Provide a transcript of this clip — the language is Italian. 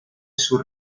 sul